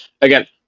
again